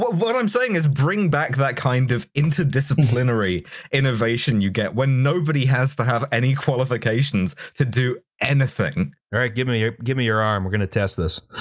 what what i'm saying is, bring back that kind of interdisciplinary innovation you get when nobody has to have any qualifications to do anything. justin alright, give me ah give me your arm, we're gonna test this.